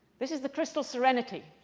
this is the crystal serenity,